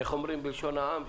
איך אומרים בלשון העם?